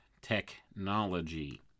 technology